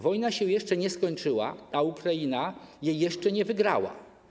Wojna się jeszcze nie skończyła, a Ukraina jej jeszcze nie wygrała.